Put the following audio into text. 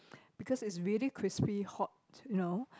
because it's really crispy hot you know